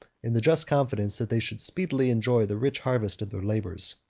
in the just confidence that they should speedily enjoy the rich harvest of their labors.